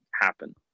happen